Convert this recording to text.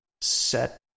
set